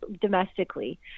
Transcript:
domestically